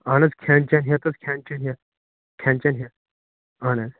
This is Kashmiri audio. اَہَن حظ کھٮ۪ن چٮ۪ن ہٮ۪تھ حظ کھٮ۪ن چٮ۪ن ہٮ۪تھ کھٮ۪ن چٮ۪ن ہٮ۪تھ اَہَن حظ